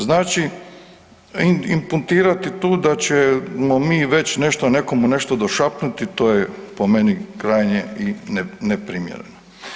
Znači, imputirati tu da ćemo mi već nekome nešto došapnuti to je po meni krajnje i neprimjereno.